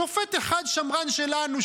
שופט אחד שמרן שלנו,